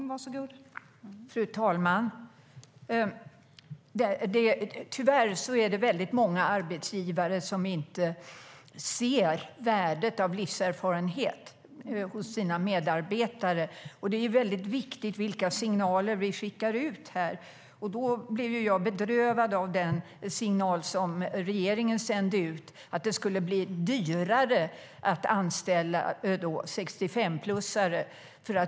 Fru talman! Tyvärr är det väldigt många arbetsgivare som inte ser värdet av livserfarenhet hos sina medarbetare. Det är väldigt viktigt vilka signaler vi sänder här. Jag blev bedrövad av den signal som regeringen sände ut om att det skulle bli dyrare att anställa 65-plussare.